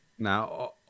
Now